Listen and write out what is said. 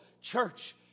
Church